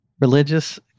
religious